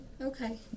Okay